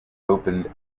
opened